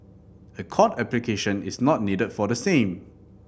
a court application is not needed for the same